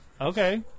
Okay